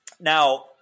Now